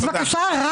אנחנו בכאוס כי